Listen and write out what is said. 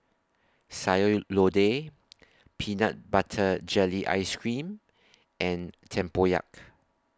Sayur Lodeh Peanut Butter Jelly Ice Cream and Tempoyak